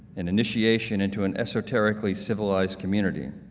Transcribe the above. an initiation into an esoterically civilized community.